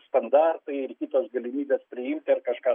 standartai ir kitos galimybės priimti ar kažką